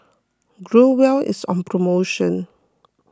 Growell is on promotion